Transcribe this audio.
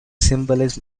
symbolism